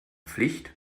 pflicht